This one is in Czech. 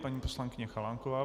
Paní poslankyně Chalánková.